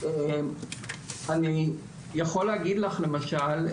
אני יכול להגיד לך למשל,